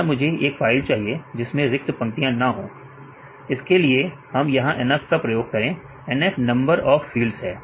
मतलब मुझे एक फाईंल चाहिए जिसमें रिक्त पंक्तियां ना हो इसके लिए हम यहां NF का उपयोग करेंगे NF नंबर ऑफ फील्ड है